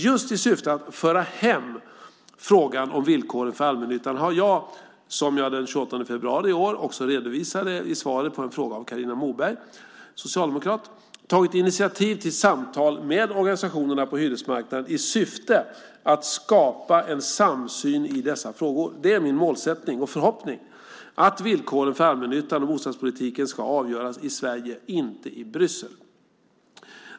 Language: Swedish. Just i syfte att föra hem frågan om villkoren för allmännyttan har jag, som jag den 28 februari i år också redovisade i svaret på en fråga av Carina Moberg, socialdemokrat, tagit initiativ till samtal med organisationerna på hyresmarknaden i syfte att skapa en samsyn i dessa frågor. Det är min målsättning och förhoppning att villkoren för allmännyttan och bostadspolitiken ska avgöras i Sverige, inte i Bryssel.